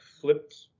flipped